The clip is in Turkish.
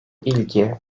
ilgi